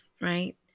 right